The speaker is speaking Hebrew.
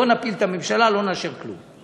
בואו נפיל את הממשלה, לא נאשר כלום.